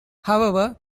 however